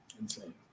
Insane